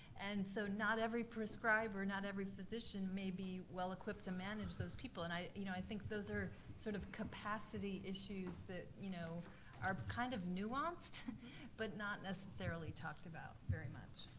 and so not every prescriber, not every physician may be well-equipped to manage those people, and i you know i think those are sort of capacity issues that you know are kind of nuanced but not necessarily talked about very much.